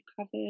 covered